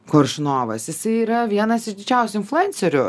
koršunovas jisai yra vienas iš didžiausių influencerių